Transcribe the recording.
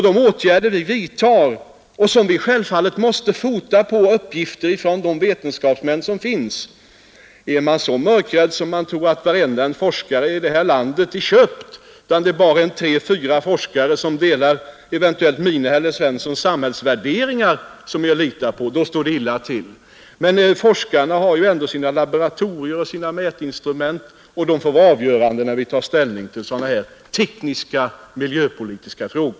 De åtgärder vi vidtar måste vi självfallet fota på uppgifter från de vetenskapsmän som finns. Och är man så mörkrädd att man tror att varenda forskare i det här landet är köpt och att det är bara tre fyra forskare — som delar eventuellt mina eller herr Svenssons i Malmö samhällsvärderingar — som man litar på, då står det illa till. Men forskarna har ju ändå sina laboratorier och sina mätinstrument, och forskningsresultaten får vara avgörande när vi tar ställning till sådana här tekniska miljöpolitiska frågor.